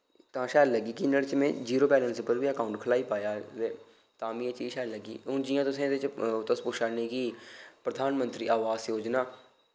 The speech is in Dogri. तां शैल लग्गी कि नोह्ड़े च में जीरो बैलैंस उप्पर बी अकाउंट खुलाई पाया तां मिं एह् चीज शैल लग्गी हून जि'यां तुसें एह्दे च तुस पुच्छा ने कि प्रधान मंत्री आवास योजना